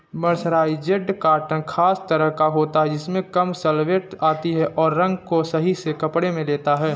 mercerised cotton खास तरह का होता है इसमें कम सलवटें आती हैं और रंग को सही से पकड़ लेता है